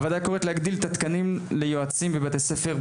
הוועדה קוראת להגדיל את התקנים ליועצים בבתי ספר,